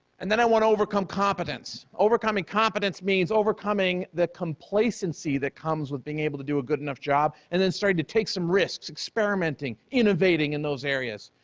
and then i went to overcome competence. overcoming competence means overcoming the complacency that comes with being able to do a good enough job and then starting to take some risks, experimenting, innovating in those areas.